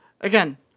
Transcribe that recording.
Again